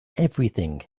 everything